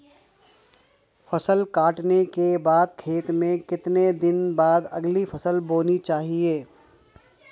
फसल काटने के बाद खेत में कितने दिन बाद अगली फसल बोनी चाहिये?